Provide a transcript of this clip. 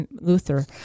Luther